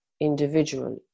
individually